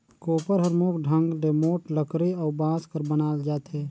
कोपर हर मुख ढंग ले मोट लकरी अउ बांस कर बनाल जाथे